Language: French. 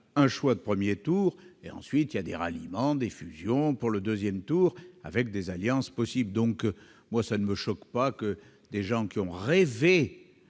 un choix de premier tour et, ensuite, il y a des ralliements et des fusions pour le second tour, avec des alliances possibles. Ça ne me choque donc pas que des gens qui ont rêvé